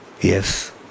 Yes